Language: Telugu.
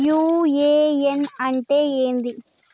యు.ఎ.ఎన్ అంటే ఏంది?